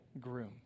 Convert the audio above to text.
groom